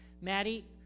maddie